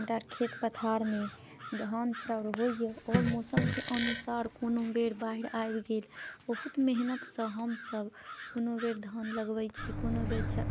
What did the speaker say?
हमरा खेत पथार मे धान चाउर होइए आओर मौसमके अनुसार कोनो बेर बाढ़ि आबि गेल बहुत मेहनतसँ हमसभ कुनो बेर धान लगबै छी कुनो बेर